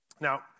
Now